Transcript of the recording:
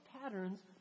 patterns